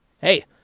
hey